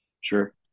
sure